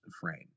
frame